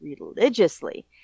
religiously